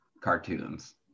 cartoons